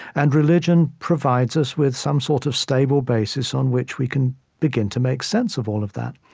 and religion provides us with some sort of stable basis on which we can begin to make sense of all of that.